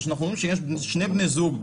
או שאנחנו אומרים שיש שני בני זוג,